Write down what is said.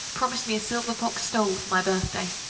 promised me a silver-fox stole for my birthday.